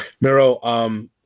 Miro